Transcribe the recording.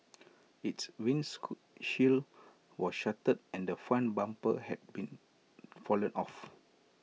its windshield was shattered and the front bumper had been fallen off